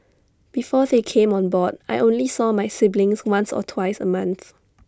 before they came on board I only saw my siblings once or twice A month